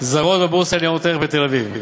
זרות בבורסה לניירות ערך בתל-אביב.